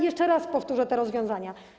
Jeszcze raz powtórzę te rozwiązania.